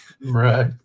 Right